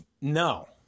no